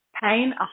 pain